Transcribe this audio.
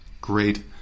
great